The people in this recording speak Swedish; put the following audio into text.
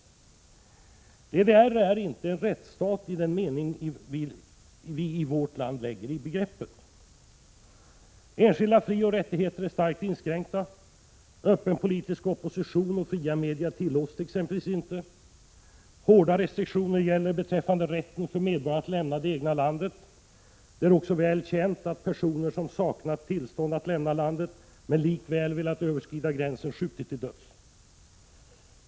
DDR är inte en rättsstat i den mening vi i vårt land lägger i begreppet. Enskilda frioch rättigheter är starkt inskränkta. Öppen politisk opposition och fria media t.ex. tillåts inte. Hårda restriktioner gäller beträffande rätten för medborgarna att lämna det egna landet. Det är väl känt att personer som saknat tillstånd att lämna landet men likväl velat överskrida gränsen skjutits till döds.